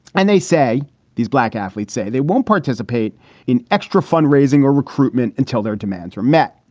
and they say these black athletes say they won't participate in extra fundraising or recruitment until their demands are met.